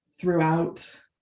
throughout